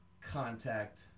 contact